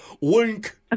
Wink